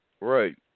right